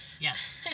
yes